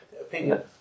Opinion